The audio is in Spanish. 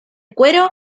cuero